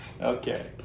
Okay